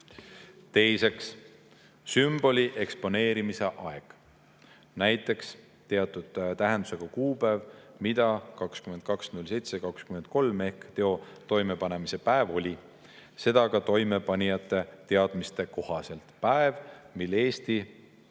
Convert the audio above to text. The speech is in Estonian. Teiseks, sümboli eksponeerimise aeg, näiteks teatud tähendusega kuupäev, nagu 22.07.23 ehk teo toimepanemise päev oli, seda ka toimepanijate teadmiste kohaselt. See oli päev, mil Eesti